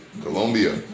Colombia